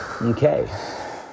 Okay